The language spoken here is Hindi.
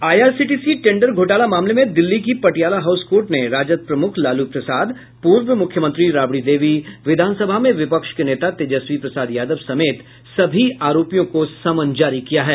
आईआरसीटीसी टेंडर घोटाला मामले में दिल्ली की पटियाला हाउस कोर्ट ने राजद प्रमुख लालू प्रसाद पूर्व मुख्यमंत्री राबड़ी देवी विधानसभा में विपक्ष के नेता तेजस्वी प्रसाद यादव समेत सभी आरोपियों को समन जारी किया है